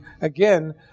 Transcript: again